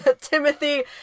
Timothy